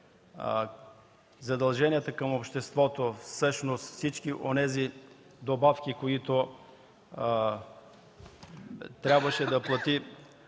задълженията към обществото, всъщност всички онези добавки, които трябваше да плати